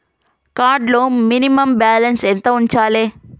Card లో minimum balance ఎంత ఉంచాలే?